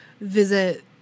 visit